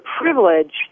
privilege